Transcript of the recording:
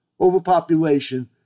overpopulation